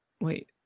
wait